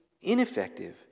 ineffective